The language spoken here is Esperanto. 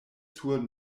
sur